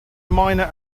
minor